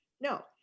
no